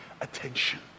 attention